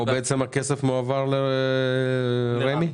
פה הכסף מועבר לרמ"י?